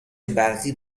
برقی